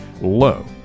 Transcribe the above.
low